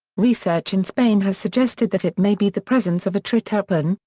research in spain has suggested that it may be the presence of a triterpene,